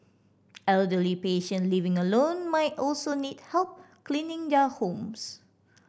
elderly patient living alone might also need help cleaning their homes